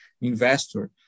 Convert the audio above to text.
investor